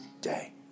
day